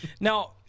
Now